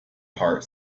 part